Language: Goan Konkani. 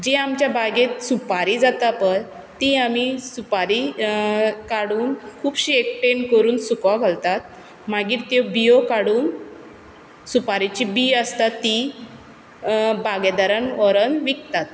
जी आमच्या बागेंत सुपारी जाता पय ती आमी सुपारी काडून खुबशी एकठांय करून सुकों घालतात मागीर त्यो बियो काडून सुपारेची बीं आसता ती बागायतदारांत व्हरोन विकतात